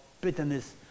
bitterness